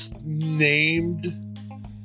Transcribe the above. named